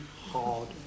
hard